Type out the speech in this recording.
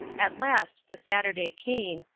at last the saturday came,